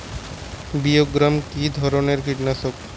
বায়োগ্রামা কিধরনের কীটনাশক?